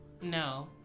No